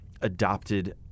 adopted